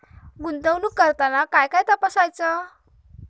गुंतवणूक करताना काय काय तपासायच?